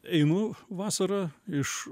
einu vasarą iš